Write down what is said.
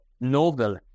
novel